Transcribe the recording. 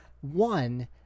one